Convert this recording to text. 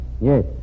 Yes